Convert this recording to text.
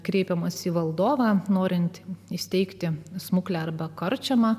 kreipiamas į valdovą norintį įsteigti smuklę arba karčiamą